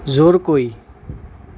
জোৰকৈ